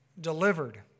delivered